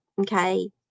Okay